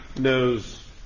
knows